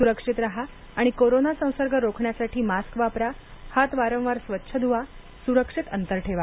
सुरक्षित राहा आणि कोरोना संसर्ग रोखण्यासाठी मास्क वापरा हात वारंवार स्वच्छ ध्वा सुरक्षित अंतर ठेवा